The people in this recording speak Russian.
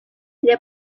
для